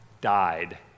died